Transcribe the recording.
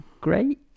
great